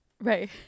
right